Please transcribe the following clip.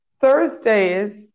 Thursdays